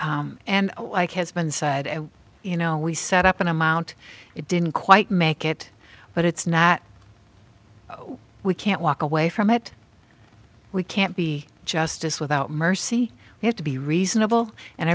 and like has been said you know we set up an amount it didn't quite make it but it's not we can't walk away from it we can't be justice without mercy we have to be reasonable and